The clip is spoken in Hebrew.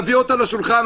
תביאו אותה לשולחן,